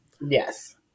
Yes